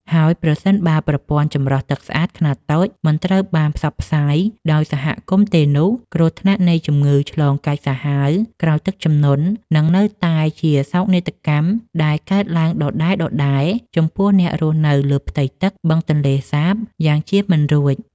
ហើយប្រសិនបើប្រព័ន្ធចម្រោះទឹកស្អាតខ្នាតតូចមិនត្រូវបានផ្សព្វផ្សាយដល់សហគមន៍ទេនោះ គ្រោះថ្នាក់នៃជំងឺឆ្លងកាចសាហាវក្រោយទឹកជំនន់នឹងនៅតែជាសោកនាដកម្មដែលកើតឡើងដដែលៗចំពោះអ្នករស់នៅលើផ្ទៃទឹកបឹងទន្លេសាបយ៉ាងជៀសមិនរួច។